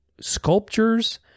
sculptures